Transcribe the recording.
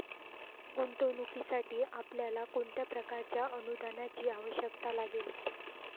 गुंतवणुकीसाठी आपल्याला कोणत्या प्रकारच्या अनुदानाची आवश्यकता लागेल?